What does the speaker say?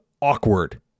awkward